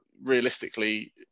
realistically